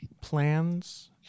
plans